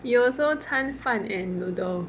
you also 餐饭 and noodle